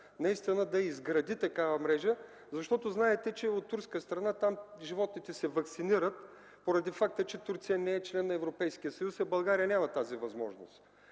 ангажимента да изгради такава мрежа? Знаете, че от турска страна животните се ваксинират поради факта, че Турция не е член на Европейския съюз, а България няма тази възможност